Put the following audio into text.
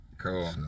cool